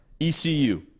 ECU